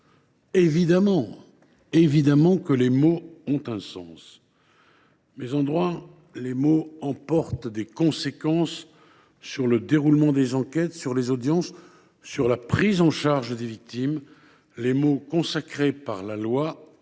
Bien évidemment, les mots ont un sens. Mais, en droit, les mots emportent des conséquences sur le déroulement des enquêtes, sur les audiences, sur la prise en charge des victimes. Les mots consacrés par la loi